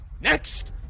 next